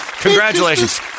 Congratulations